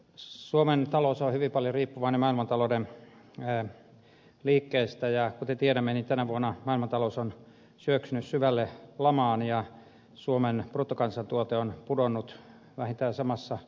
suomen talous on hyvin paljon riippuvainen maailmantalouden liikkeistä ja kuten tiedämme tänä vuonna maailmantalous on syöksynyt syvälle lamaan ja suomen bruttokansantuote on pudonnut vähintään samassa suhteessa